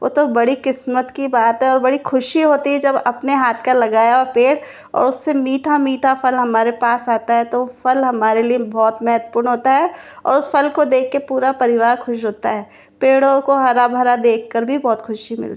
वो तो बड़ी किस्मत की बात है और बड़ी ख़ुशी होती है जब अपने हाथ का लगाया हुआ पेड़ और उससे मीठा मीठा फल हमारे पास आता है तो फल हमारे लिए बहुत महत्वपूर्ण होता है और उस फल को देख के पूरा परिवार खुश होता है पेड़ो को हरा भरा देख कर भी बहुत ख़ुशी मिलती